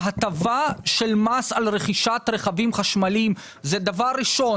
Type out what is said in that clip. ההטבה של מס על רכישת רכבים חשמליים זה דבר ראשון